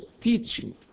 teaching